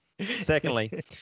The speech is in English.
secondly